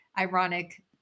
ironic